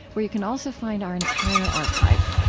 where you can also find our entire archive.